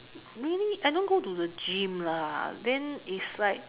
really I don't go the gym lah then it's like